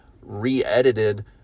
re-edited